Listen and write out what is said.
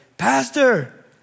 pastor